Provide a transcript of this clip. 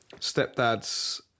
stepdad's